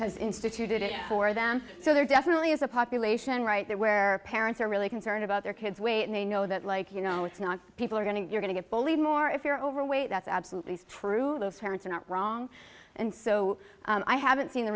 has instituted it for them so there definitely is a population right there where parents are really concerned about their kids weight and they know that like you know it's not people are going to you're going to get bullied more if you're overweight that's absolutely true those parents are not wrong and so i haven't seen the